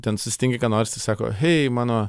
ten susitinki ką nors ir sako hei mano